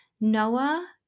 Noah